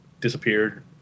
disappeared